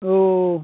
औ